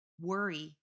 worry